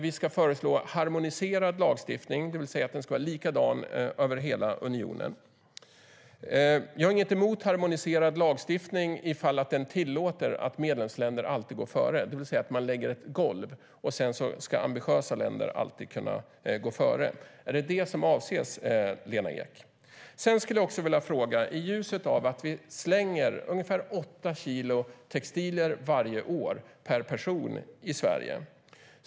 Vi ska föreslå harmoniserad lagstiftning, det vill säga att den ska vara likadan över hela unionen. Jag har ingenting emot harmoniserad lagstiftning om den tillåter att medlemsländer går före, det vill säga att man lägger ett golv och att ambitiösa länder alltid ska kunna gå före. Är det vad som avses, Lena Ek? Sedan skulle jag också vilja ställa en fråga i ljuset av att vi varje år slänger ungefär åtta kilo textilier per person i Sverige.